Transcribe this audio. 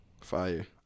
Fire